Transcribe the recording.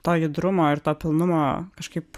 to judrumo ir to pilnumo kažkaip